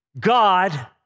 God